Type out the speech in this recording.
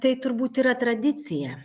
tai turbūt yra tradicija